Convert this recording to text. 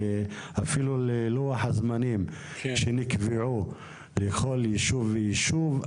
אפילו ללוח הזמנים שנקבע לכל יישוב ויישוב,